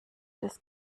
des